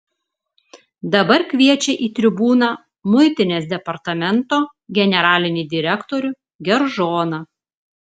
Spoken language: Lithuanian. dabar kviečia į tribūną muitinės departamento generalinį direktorių geržoną